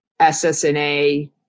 SSNA